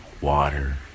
Water